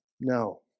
No